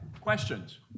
questions